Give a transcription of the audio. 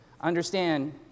understand